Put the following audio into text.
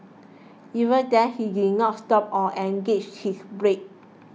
even then he did not stop or engaged his brake